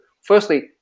firstly